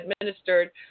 administered